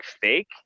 fake